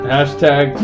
Hashtag